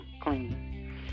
clean